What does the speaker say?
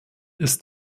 ist